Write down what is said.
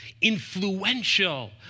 influential